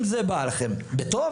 אם זה בא לכם בטוב,